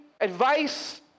advice